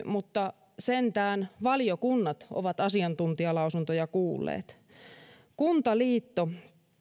mutta sentään valiokunnat ovat asiantuntijalausuntoja kuulleet kuntaliitto